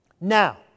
now